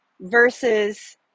versus